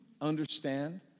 understand